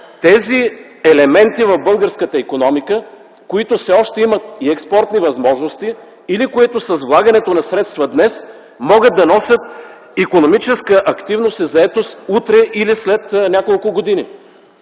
тези елементи в българската икономика, които все още имат и експортни възможности, или които с влагането на средства днес могат да носят икономическа активност и заетост утре или след няколко години.